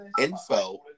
Info